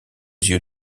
yeux